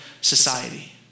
society